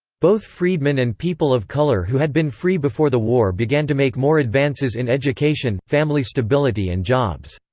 both freedmen and people of color who had been free before the war began to make more advances in education, family stability and jobs.